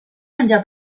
menjar